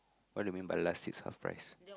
what do you mean by last seats half price